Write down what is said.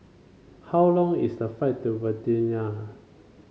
how long is the flight to Vientiane